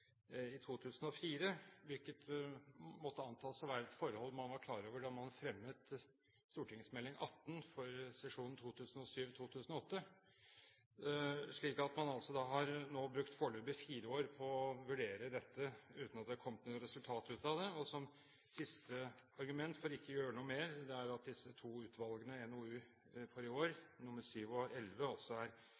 i 2004, hvilket må antas å være et forhold man var klar over da man fremmet St.meld. nr. 18 for 2007–2008. Man har altså nå brukt foreløpig fire år på å vurdere dette, uten at det har kommet noe resultat ut av det. Og et siste argument for ikke å gjøre noe med det er at disse to utvalgene i NOU